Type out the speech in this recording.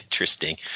Interesting